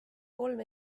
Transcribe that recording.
kolm